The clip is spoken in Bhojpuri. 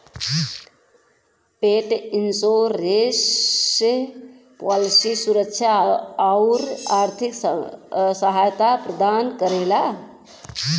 पेट इनश्योरेंस पॉलिसी सुरक्षा आउर आर्थिक सहायता प्रदान करेला